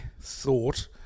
thought